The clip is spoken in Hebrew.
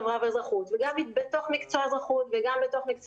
חברה ואזרחות וגם בתוך מקצוע האזרחות וגם בתוך מקצוע